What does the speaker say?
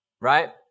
Right